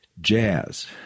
Jazz